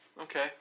Okay